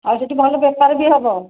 ଆଉ ସେଇଠି ଭଲ ବେପାର ବି ହେବ